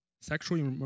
sexual